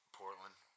Portland